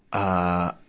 ah,